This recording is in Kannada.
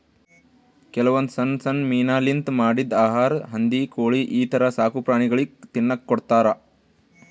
ಕೆಲವೊಂದ್ ಸಣ್ಣ್ ಸಣ್ಣ್ ಮೀನಾಲಿಂತ್ ಮಾಡಿದ್ದ್ ಆಹಾರಾ ಹಂದಿ ಕೋಳಿ ಈಥರ ಸಾಕುಪ್ರಾಣಿಗಳಿಗ್ ತಿನ್ನಕ್ಕ್ ಕೊಡ್ತಾರಾ